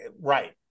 Right